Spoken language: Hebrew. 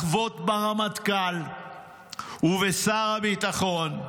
לחבוט ברמטכ"ל ובשר הביטחון,